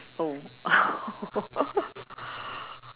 oh